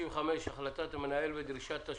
החלטת המנהל55.